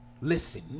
listen